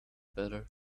better